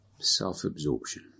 self-absorption